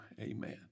amen